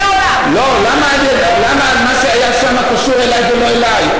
למה מה שהיה שם קשור אלי ולא אלייך?